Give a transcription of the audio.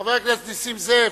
חבר הכנסת נסים זאב,